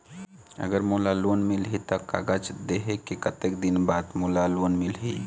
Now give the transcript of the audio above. अगर मोला लोन मिलही त कागज देहे के कतेक दिन बाद मोला लोन मिलही?